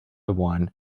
one